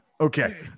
Okay